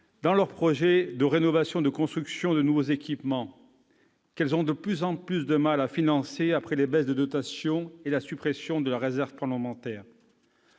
dans leurs projets de rénovation ou de construction des nouveaux équipements, qu'elles ont de plus en plus de mal à financer après les baisses de dotation et la suppression de la réserve parlementaire.